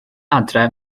adre